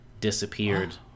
disappeared